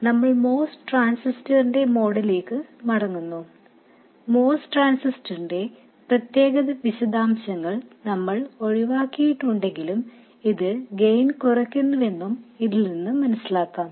ഇപ്പോൾ നമ്മൾ MOS ട്രാൻസിസ്റ്ററിന്റെ മോഡലിലേക്ക് മടങ്ങുന്നു MOS ട്രാൻസിസ്റ്ററിന്റെ പ്രത്യേക വിശദാംശങ്ങൾ നമ്മൾ ഒഴിവാക്കിയിട്ടുണ്ടെന്നും ഇത് ഗെയിൻ കുറയ്ക്കുന്നുവെന്നും ഇതിൽ നിന്നു മനസിലാക്കാം